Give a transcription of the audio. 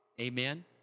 Amen